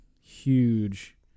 huge